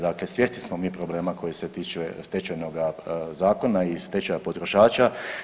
Dakle, svjesni smo mi problema koji se tiče Stečajnoga zakona i stečaja potrošača.